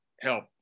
help